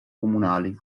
comunali